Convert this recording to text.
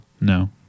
no